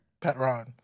Patron